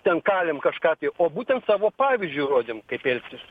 ten kalėm kažką apie o būtent savo pavyzdžiu rodėm kaip elgtis